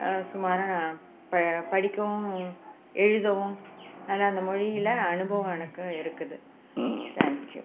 சுமாராக ப படிக்கவும் எழுதவும் நல்லா அந்த மொழியில் அனுபவம் எனக்கும் இருக்குது தேங்க்யூ